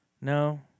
No